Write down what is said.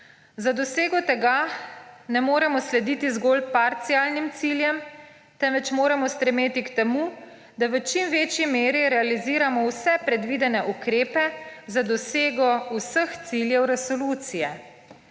Za dosego tega ne moremo slediti zgolj parcialnim ciljem, temveč moramo stremeti k temu, da v čim večji meri realiziramo vse predvidene ukrepe za dosego vseh ciljev resolucije,